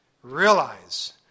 Realize